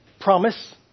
promise